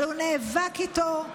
אבל הוא נאבק איתו,